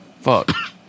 Fuck